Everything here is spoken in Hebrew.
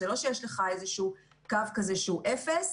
זה לא שיש לך איזשהו קו כזה שהוא אפס,